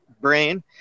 brain